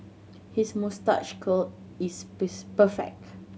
his moustache curl is perfect